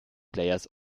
players